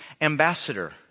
Ambassador